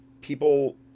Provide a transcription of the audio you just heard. people